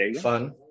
fun